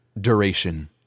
duration